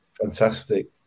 fantastic